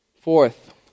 Fourth